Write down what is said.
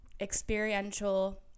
experiential